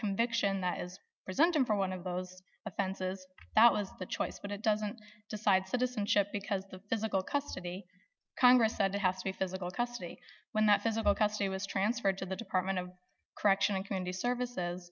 conviction that is presented from one of those offenses that was the choice but it doesn't decide citizenship because the physical custody congress said it has to be physical custody when that physical custody was transferred to the department of correction and community services